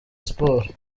sports